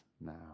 now